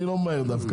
אני לא ממהר דווקא.